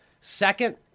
Second